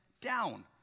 down